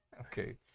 Okay